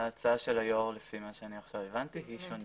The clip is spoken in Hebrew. ההצעה של היושב ראש, לפי מה שהבנתי, היא שונה.